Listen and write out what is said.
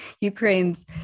Ukraine's